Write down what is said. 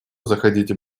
заходите